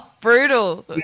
Brutal